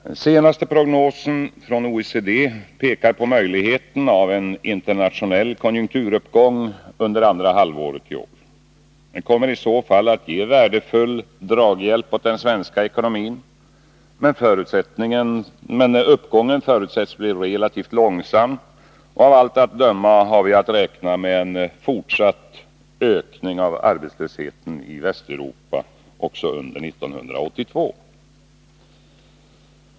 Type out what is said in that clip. Den senaste prognosen från OECD pekar på möjligheten av en internationell konjunkturuppgång under andra halvåret i år. Det kommer i så fall att ge värdefull draghjälp åt den svenska ekonomin. Men uppgången förutsätts bli relativt långsam, och av allt att döma har vi att räkna med en fortsatt ökning av arbetslösheten i Västeuropa även under 1982.